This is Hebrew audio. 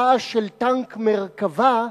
רעש של טנק "מרכבה"